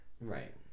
right